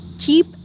keep